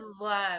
love